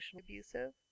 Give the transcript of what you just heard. abusive